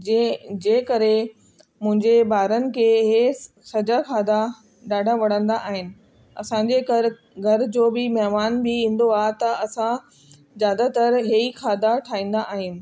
जें जे करे मुंहिंजे ॿारनि के इहे सॼा खाधा ॾाढा वणंदा आहिनि असांजे घरु घर जो बि महिमान बि ईंदो आहे त असां ज्यादातर हे ही खाधा ठाहींदा आहिनि